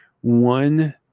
one